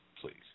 please